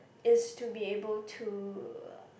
is to be able to